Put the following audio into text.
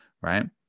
right